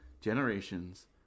generations